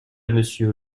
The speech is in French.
monsieur